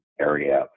area